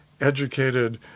educated